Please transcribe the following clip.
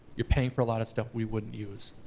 you're paying for a lot of stuff we wouldn't use.